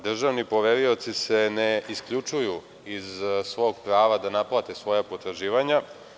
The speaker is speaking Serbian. Državni poverioci se ne isključuju iz svog prava da naplate svoja potraživanja.